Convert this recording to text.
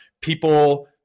people